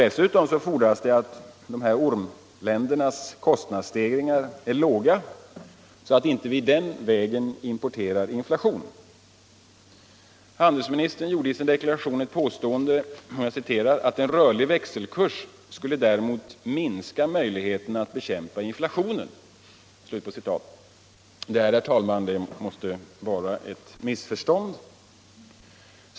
Dessutom fordras att ormländernas kostnadsstegringar är låga, så att vi inte den vägen importerar inflation. Handelsministerns påstående i sin deklaration, att ”en rörlig växelkurs skulle däremot minska möjligheterna att bekämpa inflationen”, måste vara ett missförstånd.